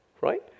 right